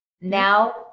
now